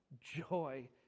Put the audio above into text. joy